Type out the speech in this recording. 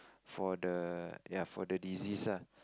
for the ya for the deceased ah